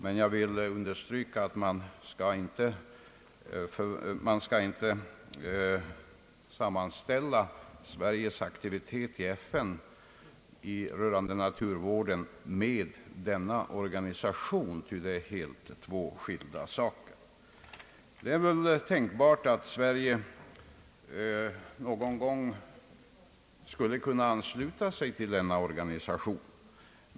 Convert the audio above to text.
Men jag vill understryka att man inte skall sammanställa Sveriges aktivitet i FN beträffande naturvården med IUCN:s verksamhet. Det är väl tänkbart att Sverige någon gång skulle kunna ansluta sig till denna organisation.